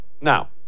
Now